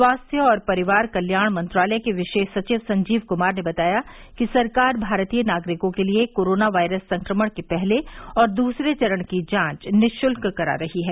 स्वास्थ्य और परिवार कल्याण मंत्रालय के विशेष सचिव संजीव कुमार ने बताया कि सरकार भारतीय नागरिकों के लिए कोरोना वायरस संक्रमण के पहले और दूसरे चरण की जांच निःशुल्क करा रही है